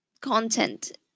content